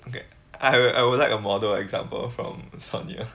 okay I would I would like a model example from sonya